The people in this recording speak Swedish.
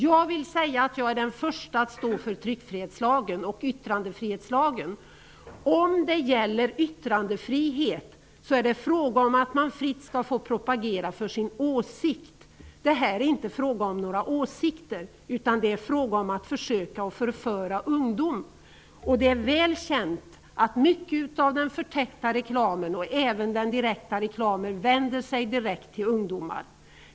Jag är den första att stå för tryckfrihetslagen och yttrandefrihetslagen. Yttrandefrihet är en fråga om att fritt få propagera för sin åsikt. Det här är inte fråga om några åsikter, utan det är fråga om att försöka förföra ungdom. Det är väl känt att mycket av den förtäckta reklamen och även av den direkta vänder sig direkt till ungdomar.